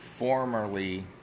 Formerly